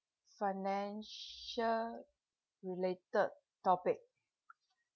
financial related topic